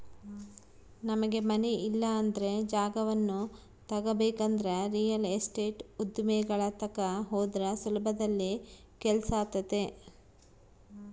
ನಮಗೆ ಮನೆ ಇಲ್ಲಂದ್ರ ಜಾಗವನ್ನ ತಗಬೇಕಂದ್ರ ರಿಯಲ್ ಎಸ್ಟೇಟ್ ಉದ್ಯಮಿಗಳ ತಕ ಹೋದ್ರ ಸುಲಭದಲ್ಲಿ ಕೆಲ್ಸಾತತೆ